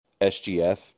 SGF